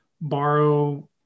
borrow